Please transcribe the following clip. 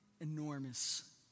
enormous